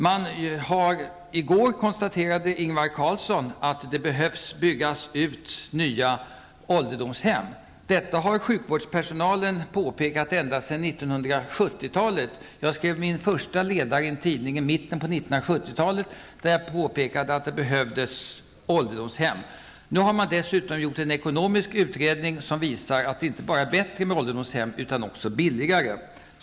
I går konstaterade Ingvar Carlsson att det behöver byggas nya ålderdomshem. Detta har sjukvårdspersonalen framhållit ända sedan 1970 talet. Jag skrev min första ledare i en tidning i mitten av 1970-talet. Där påpekade jag att det behövdes ålderdomshem. Nu har det dessutom gjorts en ekonomisk utredning, som visar att det inte bara är bättre med ålderdomshem utan också billigare.